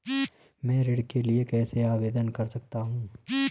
मैं ऋण के लिए कैसे आवेदन कर सकता हूं?